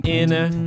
inner